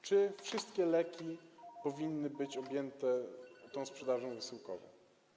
Czy wszystkie leki powinny być objęte sprzedażą wysyłkową?